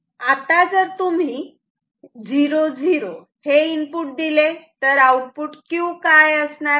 आता जर तुम्ही 0 0 हे इनपुट दिले तर आउटपुट Q काय असणार आहे